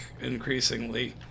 increasingly